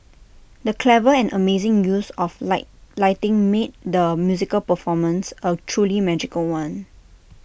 the clever and amazing use of light lighting made the musical performance A truly magical one